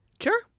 sure